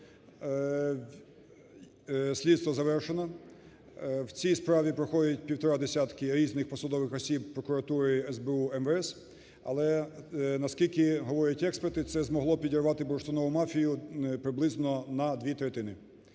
Слідство завершене. У цій справі проходить півтора десятка різних посадових осіб прокуратури, СБУ, МВС, але, наскільки говорять експерти, це змогло підірвати бурштинову мафію приблизно на дві третини.